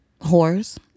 Whores